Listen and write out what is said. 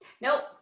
Nope